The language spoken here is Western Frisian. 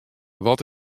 wat